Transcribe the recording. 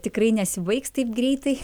tikrai nesibaigs taip greitai